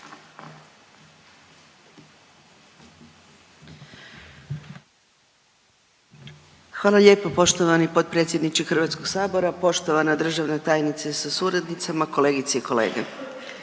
Hvala lijepo. Poštovani potpredsjedniče HS-a, poštovana državna tajnice sa suradnicama, kolegice i kolege.